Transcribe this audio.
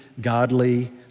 godly